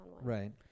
Right